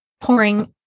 pouring